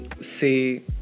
say